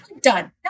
Done